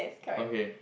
okay